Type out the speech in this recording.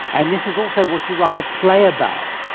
and this is also what you write a play about.